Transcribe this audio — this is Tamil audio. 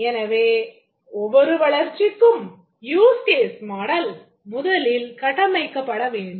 எனவே ஒவ்வொரு வளர்ச்சிக்கும் யூஸ் கேஸ் மாடல் முதலில் கட்டமைக்கப்பட வேண்டும்